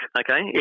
okay